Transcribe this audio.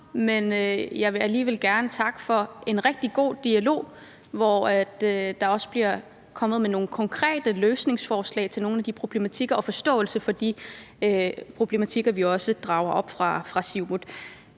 men jeg vil alligevel gerne takke for en rigtig god dialog, hvor der også kommer nogle konkrete løsningsforslag til nogle af de problematikker, og der er en forståelse for de problematikker, vi rejser fra Siumuts